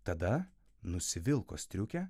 tada nusivilko striukę